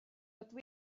rydw